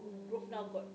mm